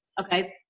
okay